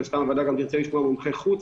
מן הסתם הוועדה גם תרצה לשמוע מומחי חוץ.